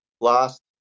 last